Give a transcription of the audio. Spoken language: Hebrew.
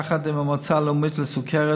יחד עם המועצה הלאומית לסוכרת,